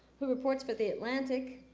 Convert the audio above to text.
who reports for the atlantic.